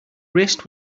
wrist